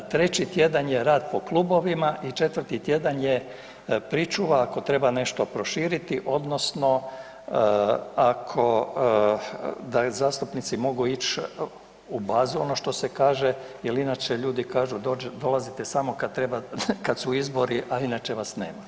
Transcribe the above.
Treći tjedan je rad po klubovima i četvrti tjedan je pričuva ako treba nešto proširiti odnosno da zastupnici mogu ići u bazu ono što se kažem, jer inače ljudi kažu dolazite samo kada su izbori a inače vas nema.